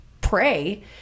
pray